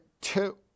two